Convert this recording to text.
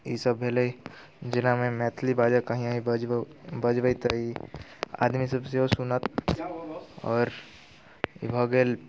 ई सभ भेलै जेनामे मैथिली बाजऽ कहीं अहीं बजलहुँ बजबै तऽ ई आदमी सभ सेहो सुनत आओर ई भऽ गेल